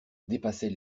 dépassait